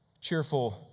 cheerful